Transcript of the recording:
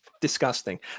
Disgusting